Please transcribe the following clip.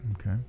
Okay